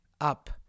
up